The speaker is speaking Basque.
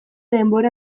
denbora